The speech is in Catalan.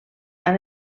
han